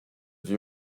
vit